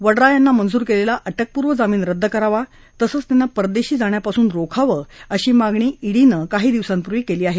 वड्रा यांना मंजूर केलेला अटकपूर्व जामिन रद्द करावा तसंच त्यांना परदेशी जाण्यापासून रोखावं अशी मागणी डीनं काही दिवसांपूर्वी केली आहे